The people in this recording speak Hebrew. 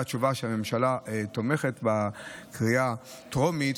התשובה והממשלה תומכת בקריאה טרומית,